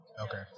Okay